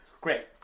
great